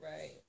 Right